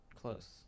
Close